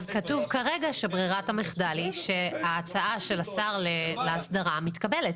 אז כתוב כרגע שברירת המחדל היא שההצעה של השר להסדרה מתקבלת.